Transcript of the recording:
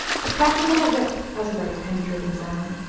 the cracking of a whip has a very penetrating sound.